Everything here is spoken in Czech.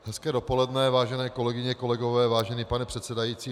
Hezké dopoledne, vážené kolegyně, kolegové, vážený pane předsedající.